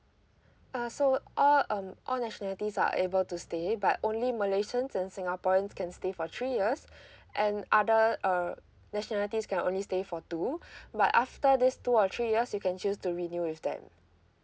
uh so all um all nationalities are able to stay but only malaysians and singaporeans can stay for three years and other uh nationalities can only stay for two but after these two or three years you can choose to renew with them